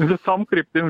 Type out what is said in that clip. visom kryptim